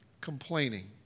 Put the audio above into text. complaining